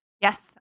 yes